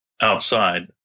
outside